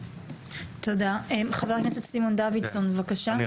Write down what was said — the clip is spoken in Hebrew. תודה, חבר הכנסת סימון דוידסון בבקשה.